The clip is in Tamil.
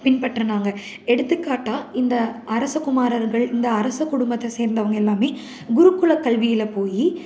பின்பற்றினாங்க எடுத்துக்காட்டாக இந்த அரசகுமாரர்கள் இந்த அரச குடும்பத்தை சேர்ந்தவங்க எல்லோருமே குருகுல கல்வியில் போய்